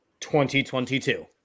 2022